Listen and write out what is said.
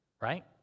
Right